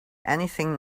anything